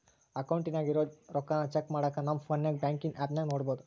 ಅಕೌಂಟಿನಾಗ ಇರೋ ರೊಕ್ಕಾನ ಚೆಕ್ ಮಾಡಾಕ ನಮ್ ಪೋನ್ನಾಗ ಬ್ಯಾಂಕಿನ್ ಆಪ್ನಾಗ ನೋಡ್ಬೋದು